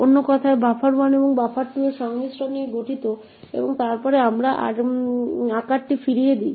অন্য কথায় বাফার 1 এবং বাফার2 এর সংমিশ্রণ নিয়ে গঠিত এবং তারপরে আমরা আকারটি ফিরিয়ে দিই